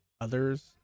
others